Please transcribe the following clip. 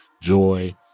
joy